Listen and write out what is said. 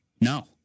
No